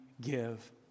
give